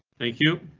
thank you.